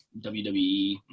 WWE